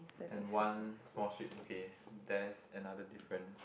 and one small sheep okay there's another difference